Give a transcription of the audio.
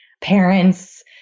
parents